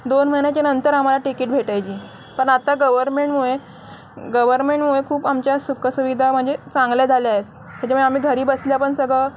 दोन महिन्याच्या नंतर आम्हाला तिकीट भेटायची पण आता गवर्मेंटमुळे गवर्मेंटमुळे खूप आमच्या सुखसुविधा म्हणजे चांगल्या झाल्या आहेत त्याच्यामुळे आम्ही घरी बसल्या पण सगळं